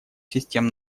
систем